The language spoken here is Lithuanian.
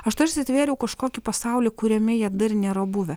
aš tarsi atvėriau kažkokį pasaulį kuriame jie dar nėra buvę